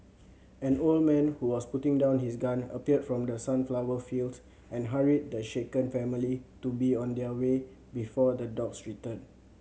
an old man who was putting down his gun appeared from the sunflower fields and hurried the shaken family to be on their way before the dogs return